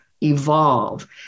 evolve